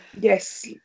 Yes